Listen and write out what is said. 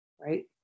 right